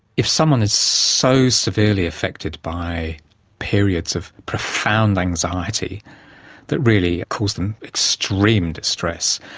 if someone is so severely affected by periods of profound anxiety that really cause them extreme distress,